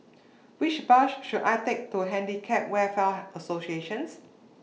Which Bus should I Take to Handicap Welfare Associations